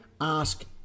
ask